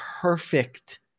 perfect